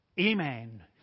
Amen